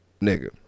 nigga